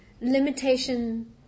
Limitation